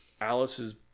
Alice's